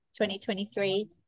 2023